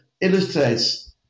illustrates